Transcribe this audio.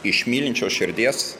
iš mylinčios širdies